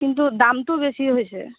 কিন্তু দামটো বেছি হৈছে